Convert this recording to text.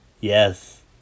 Yes